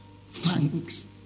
thanks